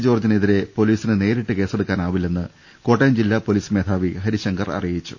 ജോർജ്ജിനെതിരെ പൊലീ സിന് നേരിട്ട് കേസെടുക്കാനാവില്ലെന്ന് കോട്ടയം ജില്ലാ പൊലീസ് മേധാ വി ഹരിശങ്കർ അറിയിച്ചു